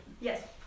Yes